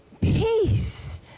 peace